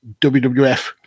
wwf